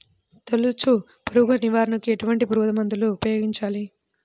తొలుచు పురుగు నివారణకు ఎటువంటి పురుగుమందులు ఉపయోగించాలి?